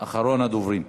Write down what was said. אחרון הדוברים.